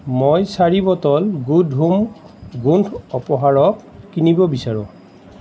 মই চাৰি bottle good home গোন্ধ অপসাৰক কিনিব বিচাৰোঁ